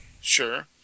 Sure